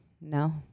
No